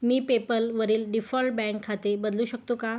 मी पेपलवरील default bank खाते बदलू शकतो का